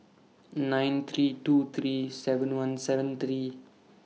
nine three two three seven one seven three